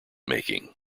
making